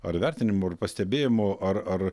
ar vertinimų ar pastebėjimų ar ar